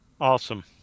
Awesome